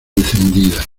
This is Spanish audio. encendida